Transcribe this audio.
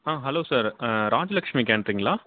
ah hello sir Rajalakshmi கேட்ரிங்களா